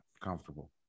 comfortable